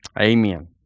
Amen